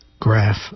Graph